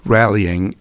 rallying